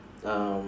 um